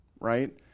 right